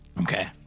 okay